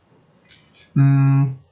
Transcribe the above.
mm